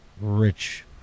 rich